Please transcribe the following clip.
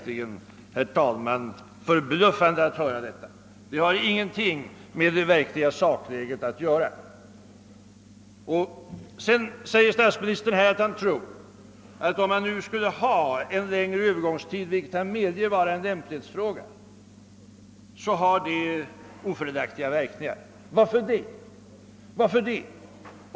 Det är, herr talman, förbluffande att höra detta, ty det har ingenting med det verkliga sakläget att göra. Statsministern säger sig tro att en längre övergångstid — som han anser vara en lämplighetsfråga — skulle ha ofördelaktiga verkningar. Varför?